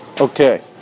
Okay